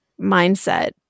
mindset